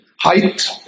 height